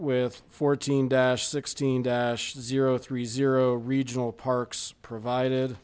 with fourteen dash sixteen dash zero three zero regional parks provided